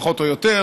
פחות או יותר,